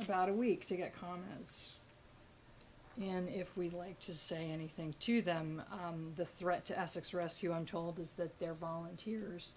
about a week to get commons and if we'd like to say anything to them the threat to essex rescue i'm told is that they're volunteers